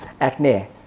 acne